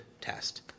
test